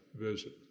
visit